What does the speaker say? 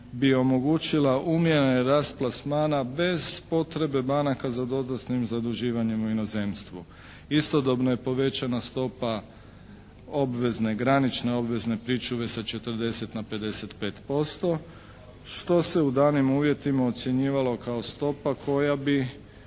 bi omogućila umjereni rast plasmana bez potrebe banaka za dodatnim zaduživanjem u inozemstvu. Istodobno je povećana stopa obvezne, granične obvezne pričuve sa 40 na 55% što se u danim uvjetima ocjenjivalo kao stopa koja bi